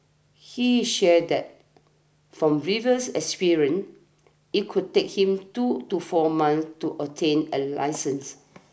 he shared that from previous experience it could take him two to four months to obtain a licence